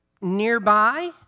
nearby